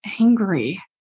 angry